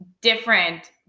different